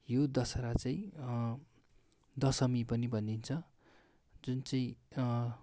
यो दशहरा चाहिँ दशमी पनि भनिन्छ जुन चाहिँ